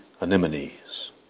Anemones